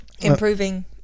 Improving